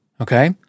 Okay